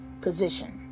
position